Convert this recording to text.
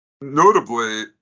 Notably